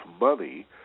money